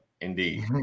indeed